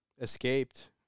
escaped